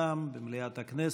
בנוכחותם במליאת הכנסת.